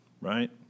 right